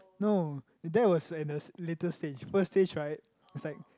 no that was in the later stage first stage right is like